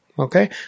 Okay